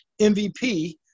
MVP